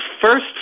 first